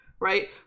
right